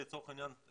לצורך העניין,